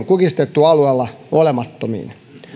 kukistettu alueella olemattomiin